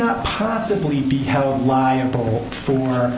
not possibly be held liable for